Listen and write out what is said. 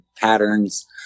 Patterns